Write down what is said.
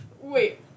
Wait